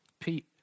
Pete